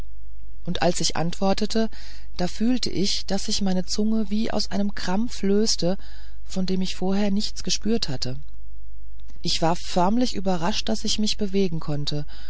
und als ich antwortete da fühlte ich daß sich meine zunge wie aus einem krampfe löste von dem ich vorher nichts gespürt hatte ich war förmlich überrascht daß ich mich bewegen konnte